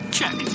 Check